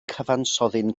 cyfansoddyn